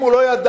אם הוא לא ידע,